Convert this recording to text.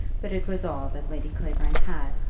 but it was all that lady clavering had,